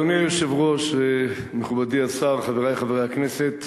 אדוני היושב-ראש, מכובדי השר, חברי חברי הכנסת,